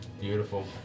Beautiful